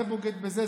זה בוגד בזה,